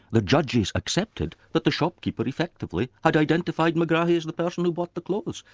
the judges accepted that the shopkeeper effectively had identified megrahi as the person who bought the clothes,